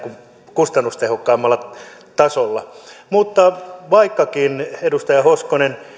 kustannustehokkaammalla tasolla mutta vaikkakin edustaja hoskonen